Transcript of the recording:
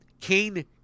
Kane